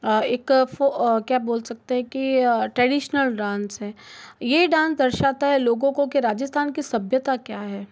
एक क्या बोल सकते हैं कि ट्रडिशनल डांस है यह डांस दर्शाता है लोगों के राजस्थान के सभ्यता क्या है